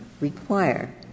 require